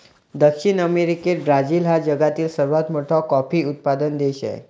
दक्षिण अमेरिकेत ब्राझील हा जगातील सर्वात मोठा कॉफी उत्पादक देश आहे